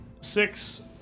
six